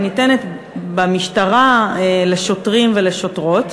היא ניתנת במשטרה לשוטרים ולשוטרות.